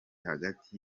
hagati